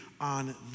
on